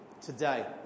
today